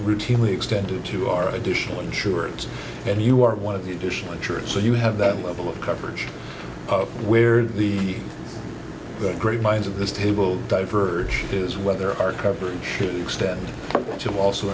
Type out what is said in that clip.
routinely extended to our additional insurance and you are one of the additional insurers so you have that level of coverage where the great minds of this table diverged is whether our coverage extend to also